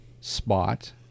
spot